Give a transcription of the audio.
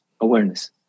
awareness